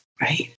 Right